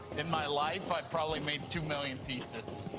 in my life, i've probably made two million pizzas.